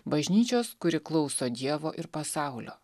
bažnyčios kuri klauso dievo ir pasaulio